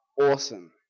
awesome